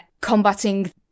combating